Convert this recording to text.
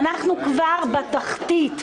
אנחנו כבר בתחתית,